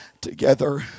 together